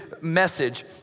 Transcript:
message